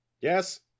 Yes